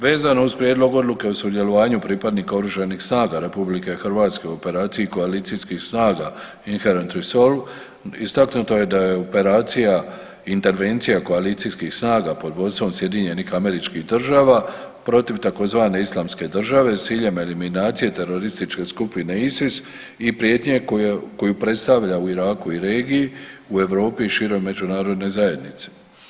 Vezano uz Prijedlog odluke o sudjelovanju pripadnika Oružanih snaga Republike Hrvatske u operaciji koalicijskih snaga „Inherent Resolve“ istaknuto je da je operacija intervencija koalicijskih snaga pod vodstvom SAD-a protiv tzv. Islamske države s ciljem eliminacije terorističke skupine ISIS i prijetnje koju predstavlja u Iraku i regiji, u Europi i široj Međunarodnoj zajednici.